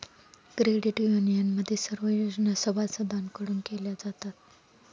credit युनियनमध्ये सर्व योजना सभासदांकडून केल्या जातात